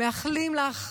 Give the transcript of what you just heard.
מאחלים לך,